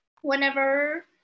whenever